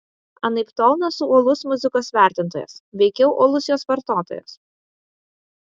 anaiptol nesu uolus muzikos vertintojas veikiau uolus jos vartotojas